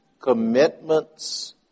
commitments